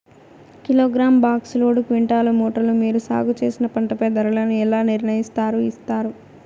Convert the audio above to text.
Kilogram, box, load, క్వింటాలు, మూటలు మీరు సాగు చేసిన పంటపై ధరలను ఎలా నిర్ణయిస్తారు యిస్తారు?